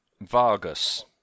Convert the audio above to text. Vargas